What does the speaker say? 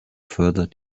further